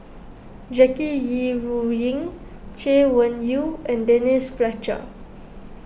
Jackie Yi Ru Ying Chay Weng Yew and Denise Fletcher